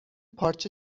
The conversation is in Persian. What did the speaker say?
پارچه